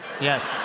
Yes